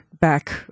back